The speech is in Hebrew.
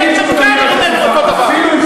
אומר אותו דבר.